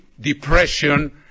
depression